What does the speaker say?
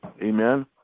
Amen